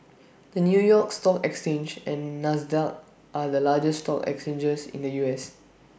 the new york stock exchange and Nasdaq are the largest stock exchanges in the U S